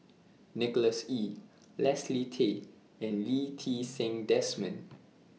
Nicholas Ee Leslie Tay and Lee Ti Seng Desmond